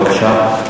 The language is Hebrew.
בבקשה.